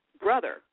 brother